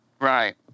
Right